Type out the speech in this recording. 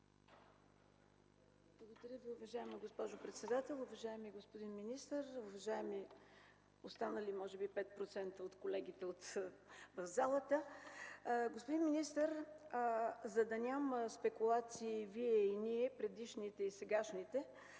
Благодаря Ви, уважаема госпожо председател. Уважаеми господин министър, уважаеми останали може би 5% от колегите в залата! Господин министър, за да няма спекулации „Вие и ние, предишните и сегашните”,